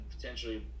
potentially